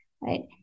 right